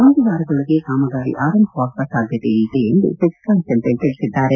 ಒಂದು ವಾರದೊಳಗೆ ಕಾಮಗಾರಿ ಆರಂಭವಾಗುವ ಸಾಧ್ಯತೆ ಇದೆ ಎಂದು ಸಸಿಕಾಂತ್ ತಿಳಿಸಿದ್ದಾರೆ